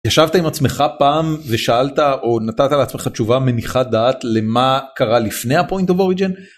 ישבת עם עצמך פעם ושאלת או נתת לעצמך תשובה מניחה דעת למה קרה לפני הפוינט אופ אורידג'ן.